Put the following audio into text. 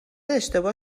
اشتباه